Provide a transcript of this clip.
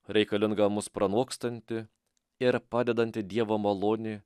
reikalinga mus pranokstanti ir padedanti dievo malonė